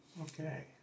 Okay